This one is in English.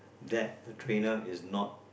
that the trainer is not